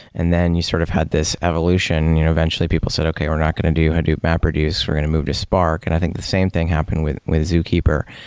and then you sort of had this evolution. eventually people said, okay. we're not going to do hadoop map reduce. we're going to move to spark, and i think the same thing happen with with zookeeper.